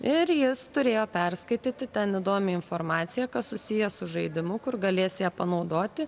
ir jis turėjo perskaityti ten įdomią informaciją kas susiję su žaidimu kur galės ją panaudoti